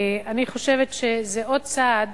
אני חושבת שזה עוד צעד